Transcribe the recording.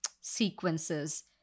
sequences